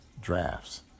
drafts